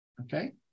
okay